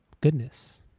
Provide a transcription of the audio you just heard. goodness